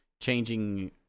changing